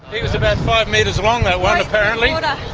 he was about five metres long that one apparently, and